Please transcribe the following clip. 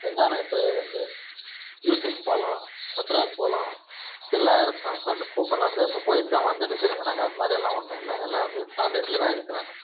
இருந்தாலும் இப்போ வந்து யுபிக்கு போகலாம் அக்ராக்கு போகலாம் எல்லா இடத்துக்கும் என் ஃப்ரெண்டு கூப்பிட்றாங்க இப்போ போய்விட்டு தான் வந்துனுக்குறேங்க நாங்கள் அதுமாதிரி எல்லாம் ஒன்றும் இல்லை எல்லோருமே காண்டெக்டில் தான் இருக்கிறாங்க